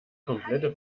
komplette